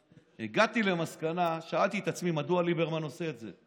שאלתי את עצמי מדוע ליברמן עושה את זה.